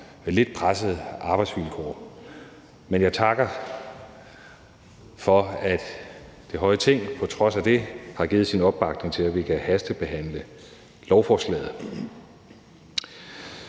sammen lidt pressede arbejdsvilkår. Men jeg takker for, at det høje Ting på trods af det har givet sin opbakning til, at vi kan hastebehandle lovforslaget.